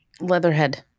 Leatherhead